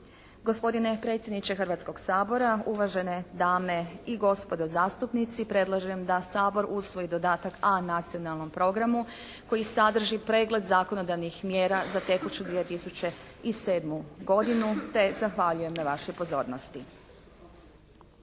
Gospodine predsjedniče Hrvatskog sabora, uvažene dame i gospodo zastupnici! Predlažem da Sabor usvoji dodatak A Nacionalnom programu koji sadrži pregled zakonodavnih mjera za tekuću 2007. godinu, te zahvaljujem na vašoj pozornosti.